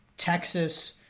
Texas